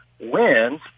wins